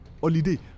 holiday